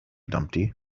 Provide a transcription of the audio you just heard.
dumpty